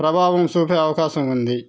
ప్రభావం చూపే అవకాశం ఉంది